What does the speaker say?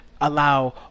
allow